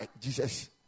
Jesus